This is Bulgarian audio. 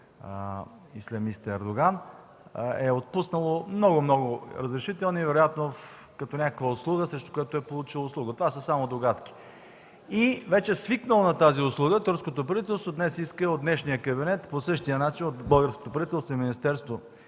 ислямиста Ердоган, e отпуснало много, много разрешителни, вероятно като някаква услуга срещу която е получило услуга. Това са само догадки. И вече свикнало на тази услуга, турското правителство днес иска от днешния кабинет по същия начин, от българското правителство и министерство,